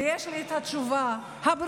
ויש לי את התשובה הברורה.